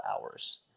hours